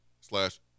slash